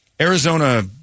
Arizona